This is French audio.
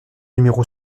numéro